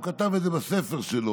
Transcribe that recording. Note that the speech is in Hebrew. הוא כתב את זה בספר שלו,